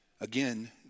Again